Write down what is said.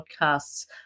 podcasts